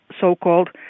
So-called